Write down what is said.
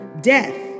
death